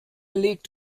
legt